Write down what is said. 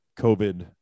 covid